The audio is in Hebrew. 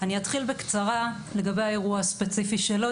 אני אתחיל לגבי האירוע הספציפי שלי,